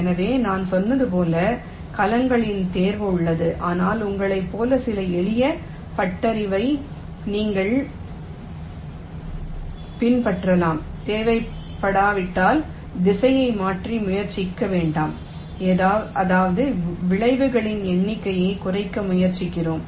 எனவே நான் சொன்னது போல் கலங்களின் தேர்வு உள்ளது ஆனால் உங்களைப் போன்ற சில எளிய பட்டறிவை நீங்கள் பின்பற்றலாம் தேவைப்படாவிட்டால் திசையை மாற்ற முயற்சிக்க வேண்டாம் அதாவது வளைவுகளின் எண்ணிக்கையைக் குறைக்க முயற்சிக்கிறோம்